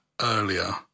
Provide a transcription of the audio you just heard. earlier